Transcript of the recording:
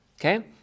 Okay